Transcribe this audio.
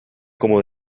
como